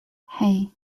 hey